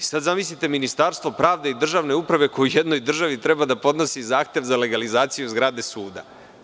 Zamislite sada Ministarstvo pravde i državne uprave koje jednoj državi treba da podnosi zahtev za legalizaciju zgrade suda.